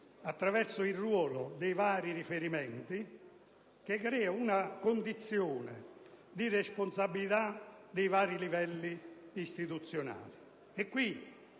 attraverso il ruolo dei vari riferimenti crea una condizione di responsabilità dei vari livelli istituzionali.